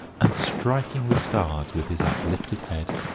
and striking the stars with his uplifted head.